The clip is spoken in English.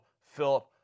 Philip